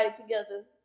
together